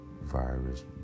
virus